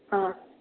हा